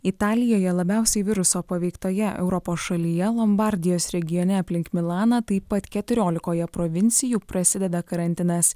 italijoje labiausiai viruso paveiktoje europos šalyje lombardijos regione aplink milaną taip pat keturiolikoje provincijų prasideda karantinas